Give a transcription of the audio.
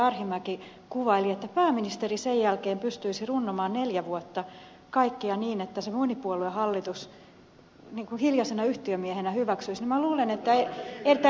arhinmäki kuvaili että pääministeri sen jälkeen pystyisi runnomaan neljä vuotta kaikkea niin että se monipuoluehallitus niin kuin hiljaisena yhtiömiehenä hyväksyisi niin minä luulen että ed